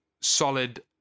solid